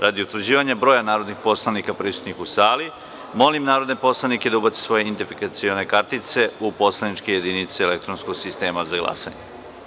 Radi utvrđivanja broja narodnih poslanika prisutnih u sali, molim narodne poslanike da ubace svoje identifikacione kartice u poslaničke jedinice elektronskog sistema za glasanje.